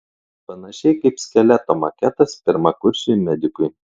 panašiai kaip skeleto maketas pirmakursiui medikui